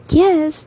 yes